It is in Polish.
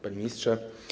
Panie Ministrze!